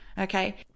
Okay